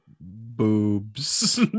Boobs